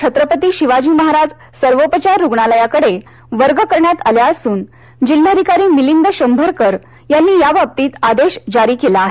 छत्रपती शिवाजी महाराज सर्वोपचार रुग्णालयाकडे वर्ग करण्यात आल्या असून जिल्हाधिकारी मिलिंद शंभरकर यांनी याबाबतीत आदेश जारी केला आहे